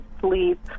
sleep